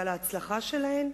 על ההצלחה שלהם,